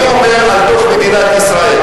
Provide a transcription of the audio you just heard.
אני אומר על תוך מדינת ישראל.